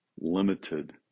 limited